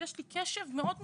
יש קשב מאוד מסוים.